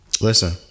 listen